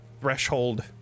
threshold